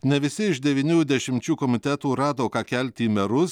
ne visi iš devynių dešimčių komitetų rado ką kelti į merus